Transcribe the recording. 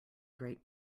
great